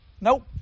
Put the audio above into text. Nope